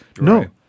No